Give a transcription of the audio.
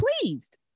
pleased